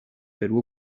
perú